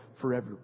forever